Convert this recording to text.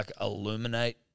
illuminate